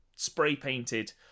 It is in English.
spray-painted